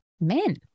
men